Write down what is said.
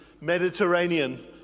Mediterranean